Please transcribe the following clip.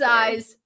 size